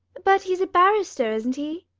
but he's a barrister, isn't he?